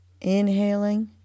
Inhaling